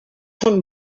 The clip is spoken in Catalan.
són